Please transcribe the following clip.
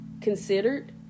considered